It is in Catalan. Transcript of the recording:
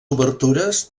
obertures